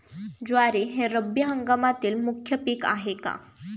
ज्वारी हे रब्बी हंगामातील मुख्य पीक आहे का?